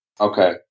Okay